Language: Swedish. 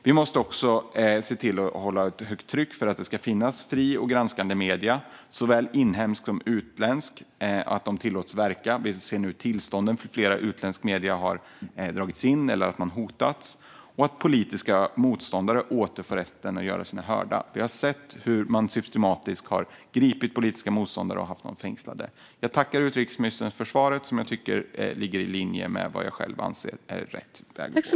Vi måste också hålla högt tryck för att det ska finnas fria granskande medier, såväl inhemska som utländska, som tillåts verka. Vi har sett att tillstånden för flera utländska medier har dragits in eller att de har hotats. Politiska motståndare måste också åter få rätten att göra sina röster hörda. Vi har sett att man systematiskt har gripit och fängslat politiska motståndare. Jag tackar utrikesministern för svaret, som jag tycker ligger i linje med vad jag själv anser är rätt väg att gå.